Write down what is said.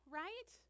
right